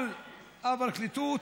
על הפרקליטות,